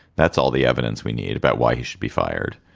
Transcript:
that's all the evidence we need about why he should be fired,